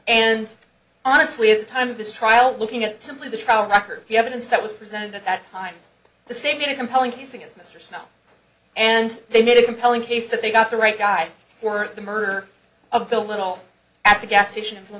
and honestly at the time of this trial looking at simply the trial record the evidence that was presented at that time the state going to compelling case against mr snow and they made a compelling case that they got the right guy for the murder of the little at the gas station in fl